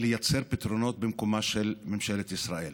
לא יכולים לייצר פתרונות במקומה של ממשלת ישראל.